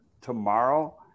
tomorrow